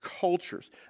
cultures